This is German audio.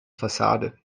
fassade